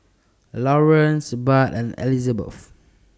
Laureen's Budd and Elizabeth